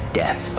death